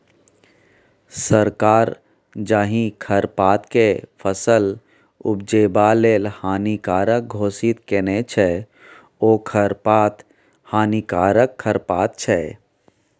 सरकार जाहि खरपातकेँ फसल उपजेबा लेल हानिकारक घोषित केने छै ओ खरपात हानिकारक खरपात छै